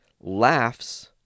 laughs